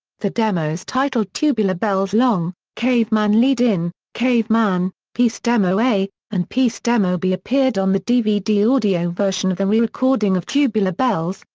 the demos titled tubular bells long, caveman lead-in, caveman, peace demo a and peace demo b appeared on the dvd-audio version of the rerecording of tubular bells,